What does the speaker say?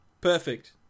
Perfect